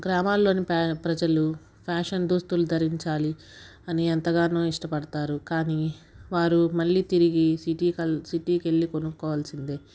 గ్రామాల్లోని ప్ర ప్రజలు ఫ్యాషన్ దుస్తులు ధరించాలి అని ఎంతగానో ఇష్టపడతారు కాని వారు మళ్ళి తిరిగి సిటి కల్ సిటీకి వేళ్ళి కొనుక్కోవలసిందే